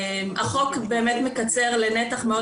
החוק באמת מקצר את התקופות לנתח מאוד